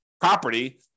property